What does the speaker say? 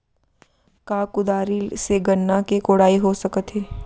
का कुदारी से गन्ना के कोड़ाई हो सकत हे?